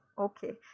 okay